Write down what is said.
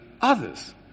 others